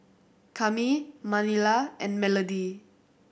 Cami Manilla and Melodie